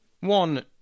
One